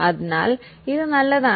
അതിനാൽ ഇത് നല്ലതാണ്